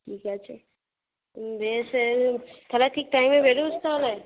ঠিক আছে বেশ এ তাহলে ঠিক টাইমে বের হস তাহলে